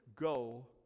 go